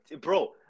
bro